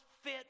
fit